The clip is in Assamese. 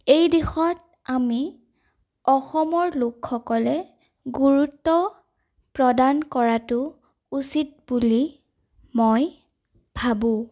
এই দিশত আমি অসমৰ লোকসকলে গুৰুত্ব প্ৰদান কৰাতো উচিত বুলি মই ভাবো